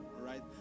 right